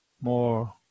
more